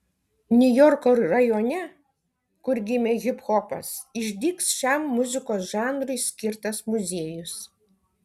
niujorko rajone kur gimė hiphopas išdygs šiam muzikos žanrui skirtas muziejus